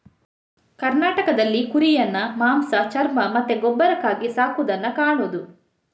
ಕರ್ನಾಟಕದಲ್ಲಿ ಕುರಿಯನ್ನ ಮಾಂಸ, ಚರ್ಮ ಮತ್ತೆ ಗೊಬ್ಬರಕ್ಕಾಗಿ ಸಾಕುದನ್ನ ಕಾಣುದು